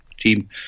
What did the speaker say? team